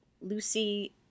Lucy